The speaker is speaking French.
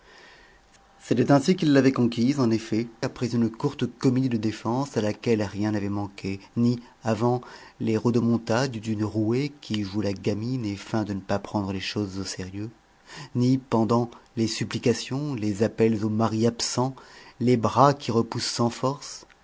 c'était ainsi qu'il l'avait conquise en effet après une courte comédie de défense à laquelle rien n'avait manqué ni avant les rodomontades d'une rouée qui joue la gamine et feint de ne pas prendre les choses au sérieux ni pendant les supplications les appels au mari absent les bras qui repoussent sans force